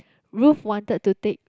Ruth wanted to take